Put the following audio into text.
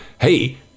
hey